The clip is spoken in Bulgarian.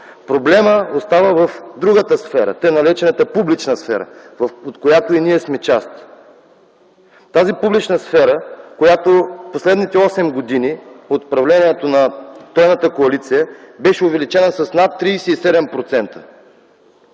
Проблемът остава в другата сфера – т. нар. публична сфера, от която и ние сме част. Тази публична сфера, която през последните осем години от управлението на тройната коалиция, беше увеличена с над 37%